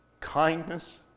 Kindness